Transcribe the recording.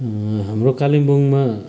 हाम्रो कालिम्पोङमा